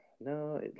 No